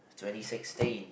twenty sixteen